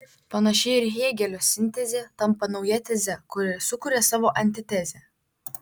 panašiai ir hėgelio sintezė tampa nauja teze kuri sukuria savo antitezę